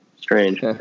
Strange